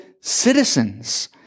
citizens